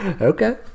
okay